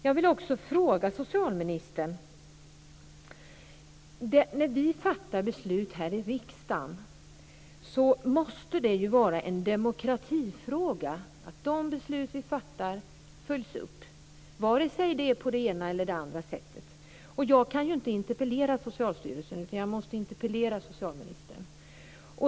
Jag vill ställa en fråga till socialministern. Det måste vara en demokratifråga att de beslut vi fattar här i riksdagen följs upp vare sig det är på det ena eller det andra sättet. Jag kan inte interpellera Socialstyrelsen, utan jag måste interpellera socialministern.